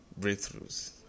breakthroughs